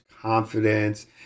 confidence